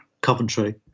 Coventry